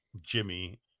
Jimmy